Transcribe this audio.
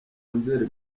nzeri